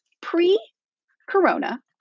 pre-corona